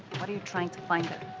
what are you trying to find there?